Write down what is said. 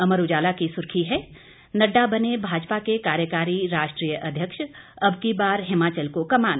अमर उजाला की सुर्खी है नड्डा बने भाजपा के कार्यकारी राष्ट्रीय अध्यक्ष अबकी बार हिमाचल को कमान